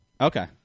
Okay